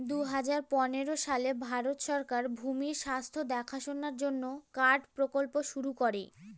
দুই হাজার পনেরো সালে ভারত সরকার ভূমির স্বাস্থ্য দেখাশোনার জন্য কার্ড প্রকল্প শুরু করে